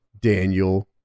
Daniel